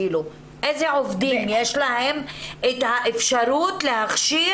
איזה עובדים יש להם את האפשרות להכשיר